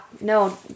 no